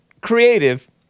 creative